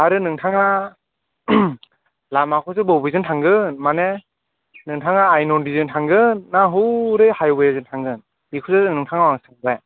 आरो नोंथाङा लामाखौसो बबेजों थांगोन माने नोंथाङा आय नदिजों थांगोन ना हौरै हायअवे जों थांगोन बेखौसो नोंथांनाव आं सोंबाय